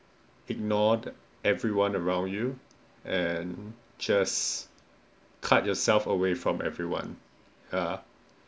ignore everyone around you and just cut yourself away from everyone ya